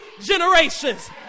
generations